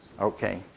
Okay